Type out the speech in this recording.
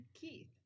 Keith